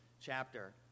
chapter